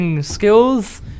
skills